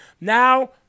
Now